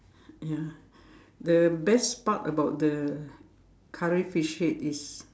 ya the best part about the curry fish head is